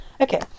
Okay